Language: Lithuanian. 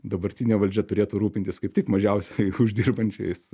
dabartinė valdžia turėtų rūpintis kaip tik mažiausiai uždirbančiais